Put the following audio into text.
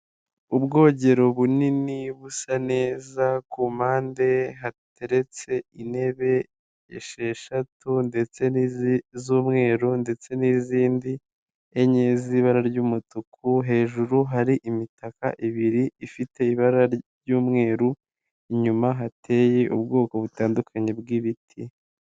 Ubwogero bunini busa neza kumpande hateretse intebe esheshatu ndetse n'izindi z'umweru ndetse n'izindi enye z'ibara ry'umutuku, hejuru hari imitaka ibiri ifite ibara ry'umweru inyuma hateye ubwoko butandukanye bw'ibiti.